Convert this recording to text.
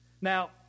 Now